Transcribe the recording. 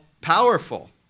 powerful